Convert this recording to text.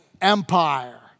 Empire